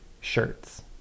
shirts